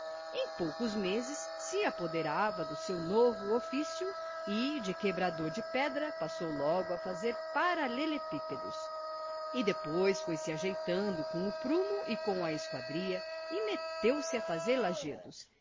em poucos meses se apoderava do seu novo ofício e de quebrador de pedra passou logo a fazer paralelepípedos e depois foi-se ajeitando com o prumo e com a esquadria e meteu-se a fazer lajedos